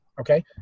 okay